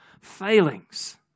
failings